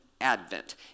advent